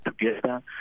together